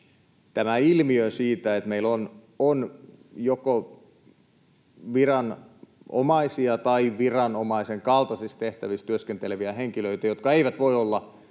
tämän ilmiön, että meillä on viranomaisia tai viranomaisen kaltaisissa tehtävissä työskenteleviä henkilöitä, jotka eivät voi olla